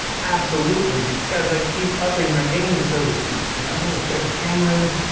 absolutely, because i keep upping my game, so to speak. you know better cameras,